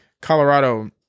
Colorado